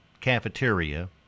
cafeteria